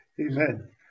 Amen